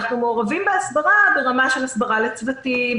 אנחנו מעורבים בהסברה ברמה של הסברה לצוותים,